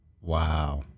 Wow